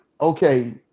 okay